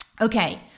Okay